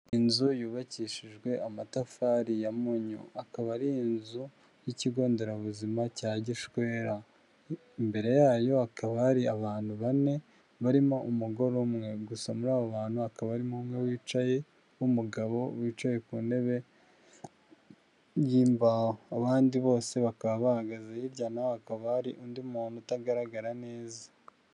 Inzu yubakishijwe amatafari ya mpunyu. Akaba ari inzu y'ikigo nderabuzima cya Gishwera. Imbere yayo hakaba hari abantu bane barimo umugore umwe, gusa muri abo bantu hakaba harimo umwe wicaye w'umugabo wicaye ku ntebe y'imbaho. Abandi bose bakaba bahagaze, hirya naho hakaba hari undi muntu utagaragara neza.